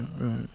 right